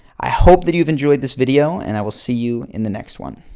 i hope that you've enjoyed this video and i will see you in the next one.